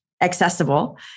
accessible